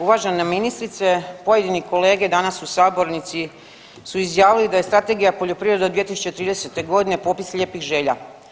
Uvažena ministrice, pojedini kolege danas u sabornici su izjavili da je Strategija poljoprivrede od 2030.g. popis lijepih želja.